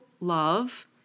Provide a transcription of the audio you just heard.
love